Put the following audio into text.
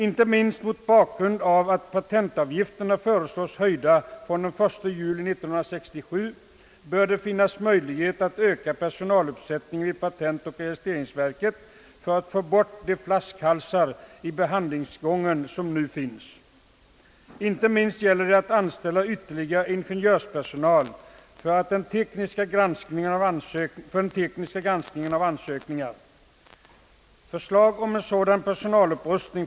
Inte minst mot bakgrund av att paientavgifterna föreslås höjda från den 1 juli 1967 bör det finnas möjlighet att öka personaluppsättningen vid patentoch regisireringsverket för att få bort de flaskhalsar i behandlingsgången som nu förekommer. Det gäller särskilt att anställa ytterligare ingenjörspersonal för den tekniska granskningen av ansökningar. Herr talman!